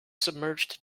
submerged